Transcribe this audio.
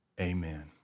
Amen